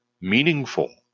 meaningful